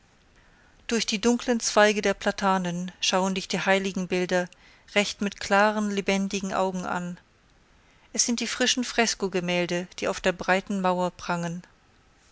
durch die dunklen zweige der platanen schauen dich heiligenbilder recht mit klaren lebendigen augen an es sind die frischen freskogemälde die auf der breiten mauer prangen